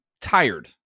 tired